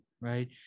right